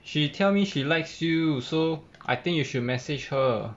she tell me she likes you so I think you should message her